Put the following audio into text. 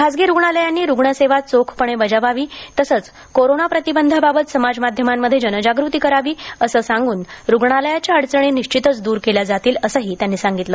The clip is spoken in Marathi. खाजगी रुग्णालयांनी रुग्ण सेवा चोखपणे बजवावी तसेच कोरोना प्रतिबंधावावत समाजमाध्यमांमध्ये जनजागृती करावी असे सांग्रन रुग्णालयांच्या अडचणी निश्चितच दूर केल्या जातील असेही त्यांनी सांगितले